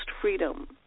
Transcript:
freedom